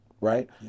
right